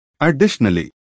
Additionally